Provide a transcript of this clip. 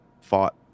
fought